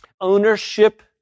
ownership